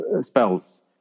spells